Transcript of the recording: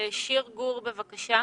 שיר גור, בבקשה.